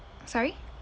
sorry